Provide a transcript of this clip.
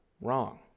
wrong